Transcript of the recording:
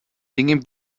tinguin